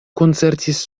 koncertis